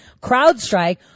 CrowdStrike